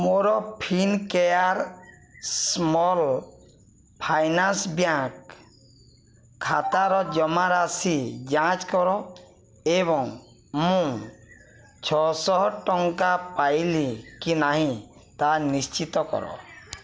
ମୋର Fincare small finance bank ଖାତାର ଜମାରାଶି ଯାଞ୍ଚ କର ଏବଂ ମୁଁ ଛଅଶହ ଟଙ୍କା ପାଇଲି କି ନାହିଁ ତାହା ନିଶ୍ଚିତ କର